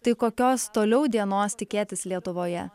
tai kokios toliau dienos tikėtis lietuvoje